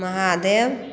Mahadev